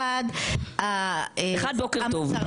אחת --- אחת, בוקר טוב.